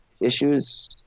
issues